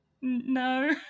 no